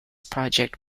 project